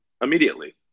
immediately